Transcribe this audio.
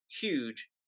huge